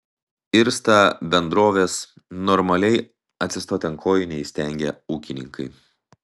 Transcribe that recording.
irsta bendrovės normaliai atsistoti ant kojų neįstengia ūkininkai